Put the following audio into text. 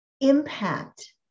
impact